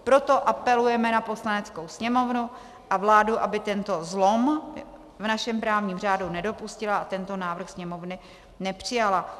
Proto apelujeme na Poslaneckou sněmovnu a vládu, aby tento zlom v našem právním řádu nedopustila a tento návrh Sněmovna nepřijala.